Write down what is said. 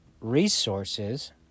resources